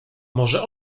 może